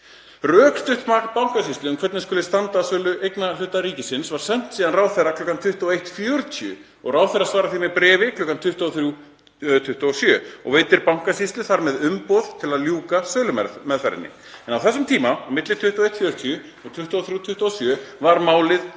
Rökstutt mat Bankasýslunnar um hvernig skuli standa að sölu eignarhluta ríkisins var síðan sent ráðherra kl. 21:40 og ráðherra svarar því með bréfi kl. 23:27 og veitir Bankasýslunni þar með umboð til að ljúka sölumeðferðinni. Á þessum tíma, milli kl. 21:40 og 23:27, var málið